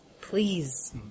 Please